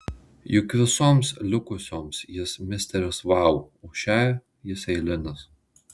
juk visoms likusioms jis misteris vau o šiai jis eilinis